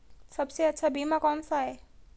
सबसे अच्छा बीमा कौनसा है?